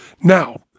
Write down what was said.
Now